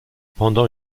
pendant